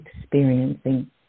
experiencing